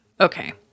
Okay